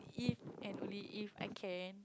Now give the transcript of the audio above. if and only if I can